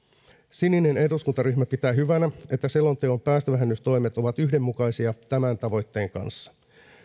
sininen eduskuntaryhmä pitää hyvänä että selonteon päästövähennystoimet ovat yhdenmukaisia tämän tavoitteen kanssa